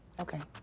okay.